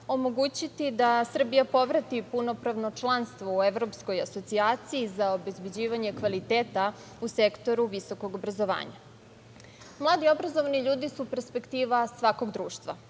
omogućiti da Srbija povrati punopravno članstvo u Evropskoj asocijaciji za obezbeđivanje kvaliteta u sektoru visokog obrazovanja. Mladi obrazovani ljudi su perspektiva svakog društva.